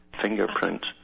fingerprint